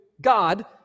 God